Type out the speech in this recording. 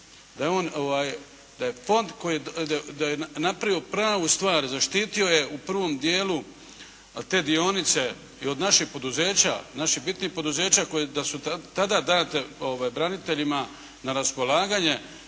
da je on fond, da je napravio pravu stvar. Zaštitio je u prvom dijelu te dionice i od naših poduzeća, naših bitnih poduzeća. Da su tada date braniteljima na raspolaganje